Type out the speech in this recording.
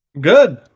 Good